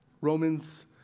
Romans